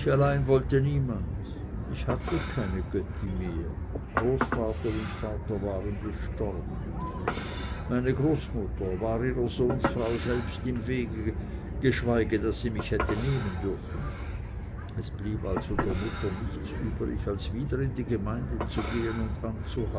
allein wollte niemand ich hatte keine götti mehr großvater und vater waren gestorben meine großmutter war ihrer sohnsfrau selbst im wege geschweige daß sie mich hätte nehmen dürfen es blieb also der mutter nichts übrig als wieder in die gemeinde zu gehen und